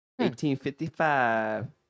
1855